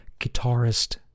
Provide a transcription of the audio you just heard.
guitarist